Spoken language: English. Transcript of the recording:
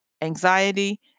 anxiety